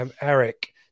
Eric